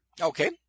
Okay